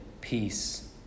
peace